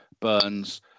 Burns